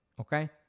okay